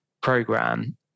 program